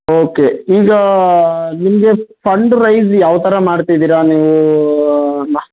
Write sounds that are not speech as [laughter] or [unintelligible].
okay ಈಗ ನಿಮಗೆ fund raise ಯಾವ ಥರ ಮಾಡ್ತಿದ್ದೀರಾ ನೀವು [unintelligible]